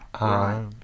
Right